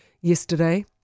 yesterday